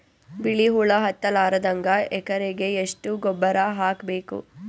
ಬಿಳಿ ಹುಳ ಹತ್ತಲಾರದಂಗ ಎಕರೆಗೆ ಎಷ್ಟು ಗೊಬ್ಬರ ಹಾಕ್ ಬೇಕು?